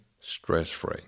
stress-free